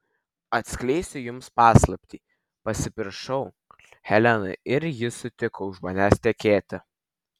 atskleisiu jums paslaptį pasipiršau helenai ir ji sutiko už manęs tekėti